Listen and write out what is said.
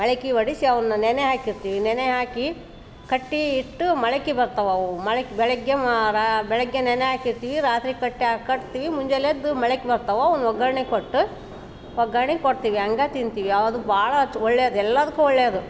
ಮೊಳ್ಕೆ ಒಡೆಸಿ ಅವನ್ನ ನೆನೆ ಹಾಕಿರ್ತೀವಿ ನೆನೆ ಹಾಕಿ ಕಟ್ಟಿ ಇಟ್ಟು ಮೊಳ್ಕೆ ಬರ್ತಾವೆ ಅವು ಮೊಳ್ಕೆ ಬೆಳಗ್ಗೆ ಮಾ ರ ಬೆಳಗ್ಗೆ ನೆನೆ ಹಾಕಿರ್ತಿವಿ ರಾತ್ರಿ ಕಟ್ಟಾ ಕಟ್ತೀವಿ ಮುಂಜಾನೆದ್ದು ಮೊಳಕೆ ಬರ್ತಾವ ಅವ್ನ ಒಗ್ಗರಣೆ ಕೊಟ್ಟು ಒಗ್ಗರಣೆ ಕೊಡ್ತೀವಿ ಹಾಗೆ ತಿಂತೀವಿ ಅದು ಭಾಳ ಆಯ್ತ್ ಒಳ್ಳೇದು ಎಲ್ಲಾದಕ್ಕೂ ಒಳ್ಳೇದು